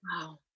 Wow